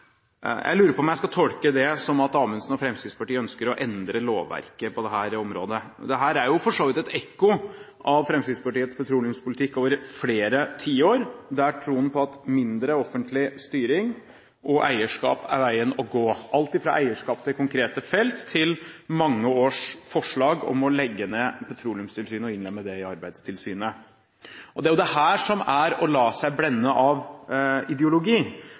Jeg lurer på om jeg skal tolke det som at Amundsen og Fremskrittspartiet ønsker å endre lovverket på dette området. Dette er for så vidt et ekko av Fremskrittspartiets petroleumspolitikk over flere tiår. Det er troen på at mindre offentlig styring og eierskap er veien å gå, alt fra eierskap til konkrete felt til mange års forslag om å legge ned Petroleumstilsynet og innlemme det i Arbeidstilsynet. Det er jo det som er å la seg blende av ideologi.